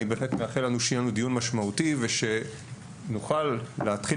אני בהחלט מאחל לנו שיהיה לנו דיון משמעותי ושנוכל להתחיל